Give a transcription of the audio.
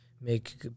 make